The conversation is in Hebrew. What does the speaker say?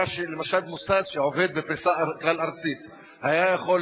שלמשל מוסד שעובד בפריסה כלל-ארצית היה יכול